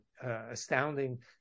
astounding